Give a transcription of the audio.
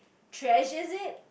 treasures it